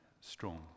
strong